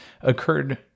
occurred